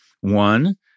One